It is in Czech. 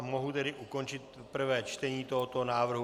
Mohu tedy ukončit prvé čtení tohoto návrhu.